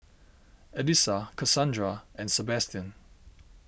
Elisa Kassandra and Sebastian